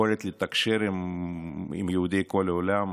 יכולת לתקשר עם יהודי כל העולם,